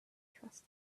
trust